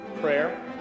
prayer